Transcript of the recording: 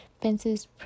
fences